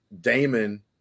Damon